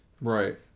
Right